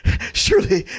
surely